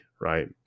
right